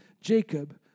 Jacob